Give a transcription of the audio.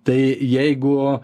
tai jeigu